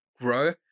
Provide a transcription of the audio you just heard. grow